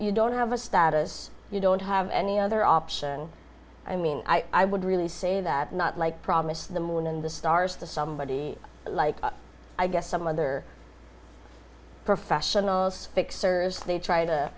you don't have a status you don't have any other option i mean i would really say that not like promise the moon and the stars to somebody like i guess some other professionals fixers they try to